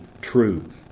true